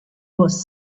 was